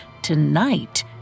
Tonight